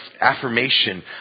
affirmation